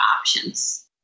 options